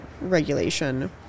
regulation